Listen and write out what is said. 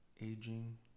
aging